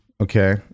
Okay